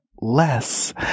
less